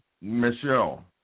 Michelle